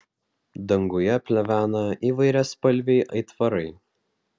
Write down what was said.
danguje plevena įvairiaspalviai aitvarai